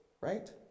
right